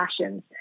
passions